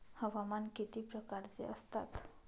हवामान किती प्रकारचे असतात?